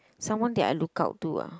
someone that I look up to ah